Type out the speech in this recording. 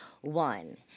one